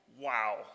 Wow